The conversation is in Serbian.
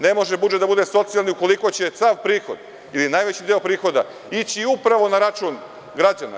Ne može budžet da bude socijalni ukoliko će sav prihod ili najveći deo prihoda ići upravo na račun građana.